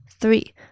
Three